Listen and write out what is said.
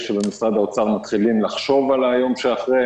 שבמשרד האוצר מתחילים לחשוב על היום שאחרי.